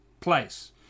place